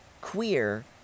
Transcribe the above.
queer